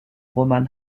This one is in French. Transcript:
roman